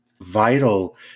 vital